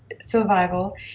survival